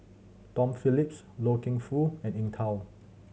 Tom Phillips Loy Keng Foo and Eng Tow